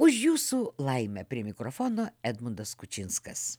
už jūsų laimę prie mikrofono edmundas kučinskas